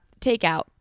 takeout